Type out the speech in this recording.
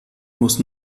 muss